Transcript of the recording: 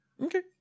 okay